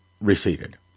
receded